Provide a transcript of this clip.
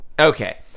Okay